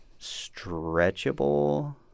stretchable